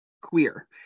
queer